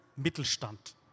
Mittelstand